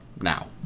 now